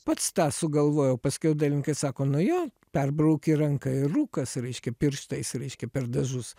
pats tą sugalvojau paskiau dailininkai sako nu jo perbrauki ranka ir rūkas reiškia pirštais reiškia per dažus